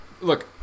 look